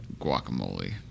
guacamole